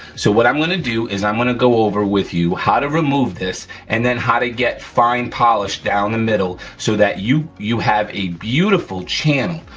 so, what i'm gonna do is i'm gonna go over with you how to remove this and then how to get fine polish down the middle so that you you have a beautiful channel,